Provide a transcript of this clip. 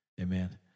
Amen